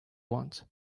want